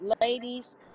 ladies